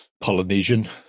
Polynesian